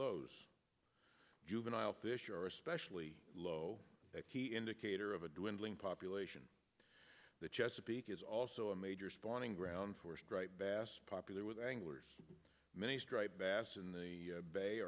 lows juvenile fish are especially low key indicator of a dwindling population the chesapeake is also a major spawning ground for striped bass popular with anglers many striped bass in the